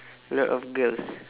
a lot of girls